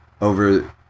Over